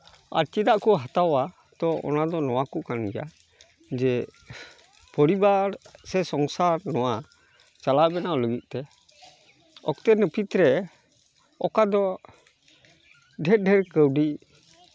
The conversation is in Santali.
ᱟᱨ ᱪᱮᱫᱟᱜ ᱠᱚ ᱦᱟᱛᱟᱣᱟ ᱛᱳ ᱚᱱᱟᱫᱚ ᱱᱚᱣᱟ ᱠᱚ ᱠᱟᱱ ᱜᱮᱭᱟ ᱡᱮ ᱯᱚᱨᱤᱵᱟᱨ ᱥᱮ ᱥᱚᱝᱥᱟᱨ ᱱᱚᱣᱟ ᱪᱟᱞᱟᱣ ᱵᱮᱱᱟᱣ ᱞᱟᱹᱜᱤᱫ ᱛᱮ ᱚᱠᱛᱮ ᱱᱟᱹᱯᱤᱛ ᱨᱮ ᱚᱠᱟ ᱫᱚ ᱰᱷᱮᱨ ᱰᱷᱮᱨ ᱠᱟᱹᱣᱰᱤ